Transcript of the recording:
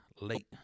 Late